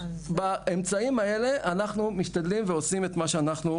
באמצעים האלה אנחנו משתדלים ועושים את מה שאנחנו.